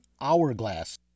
hourglass